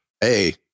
hey